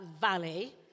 valley